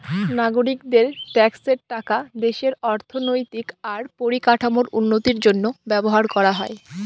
নাগরিকদের ট্যাক্সের টাকা দেশের অর্থনৈতিক আর পরিকাঠামোর উন্নতির জন্য ব্যবহার করা হয়